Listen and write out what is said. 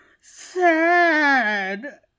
sad